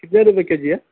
کتنے روپے K G ہے